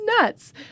nuts